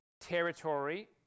territory